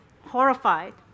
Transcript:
horrified